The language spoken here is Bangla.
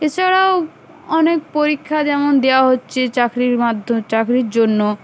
এছাড়াও অনেক পরীক্ষা যেমন দেওয়া হচ্ছে চাকরির মাধ্য চাকরির জন্য